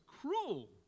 cruel